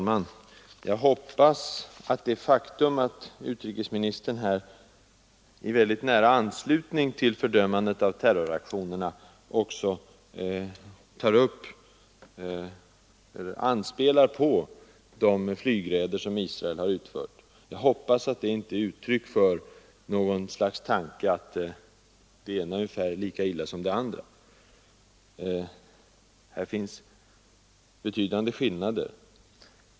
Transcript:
Herr talman! Det faktum att utrikesministern här i mycket nära anslutning till fördömandet av terroraktionerna också anspelade på de flygräder som Israel har gjort, hoppas jag inte är ett uttryck för tanken att det ena är ungefär lika illa 'som det andra. Här finns nämligen betydande skillnader.